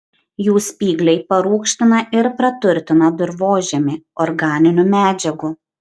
jų spygliai parūgština ir praturtina dirvožemį organinių medžiagų